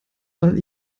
weil